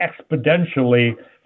exponentially